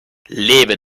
lebe